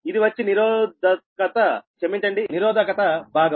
ఇది వచ్చి నిరోధకత భాగం